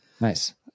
Nice